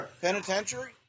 Penitentiary